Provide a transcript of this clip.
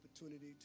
opportunity